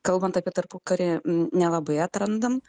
kalbant apie tarpukarį nelabai atrandam